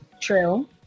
True